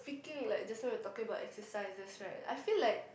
speaking like just now you're talking about exercises right I feel like